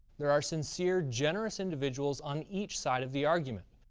there are sincere, generous individuals on each side of the argument.